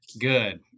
Good